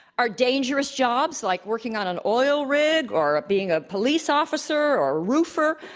are dangerous jobs like working on an oil rig or being a police officer or a roofer,